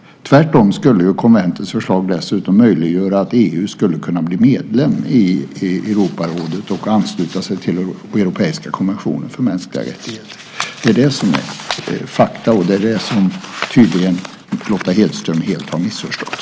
Tvärtom skulle konventets förslag dessutom möjliggöra att EU skulle kunna bli medlem i Europarådet och ansluta sig till den europeiska konventionen för mänskliga rättigheter. Det är det som är fakta, och det är det som Lotta Hedström tydligen helt har missförstått.